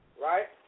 Right